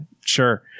Sure